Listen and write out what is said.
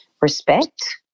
respect